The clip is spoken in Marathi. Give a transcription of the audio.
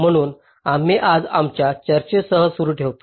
म्हणून आम्ही आज आमच्या चर्चेसह सुरू ठेवतो